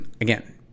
Again